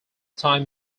time